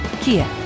Kia